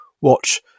watch